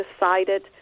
decided